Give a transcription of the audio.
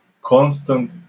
constant